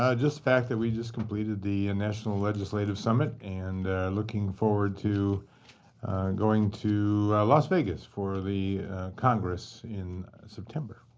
ah just the fact that we just completed the national legislative summit and looking forward to going to las vegas for the congress in september.